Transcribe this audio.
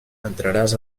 entraràs